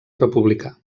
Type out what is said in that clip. republicà